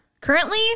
Currently